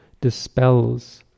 dispels